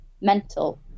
mental